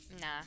Nah